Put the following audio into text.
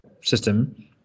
system